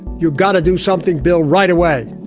you got to do something, bill, right away.